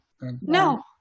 No